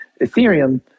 Ethereum